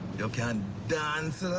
you can dance,